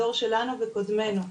הדור שלנו וקודמנו,